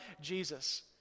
Jesus